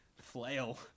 Flail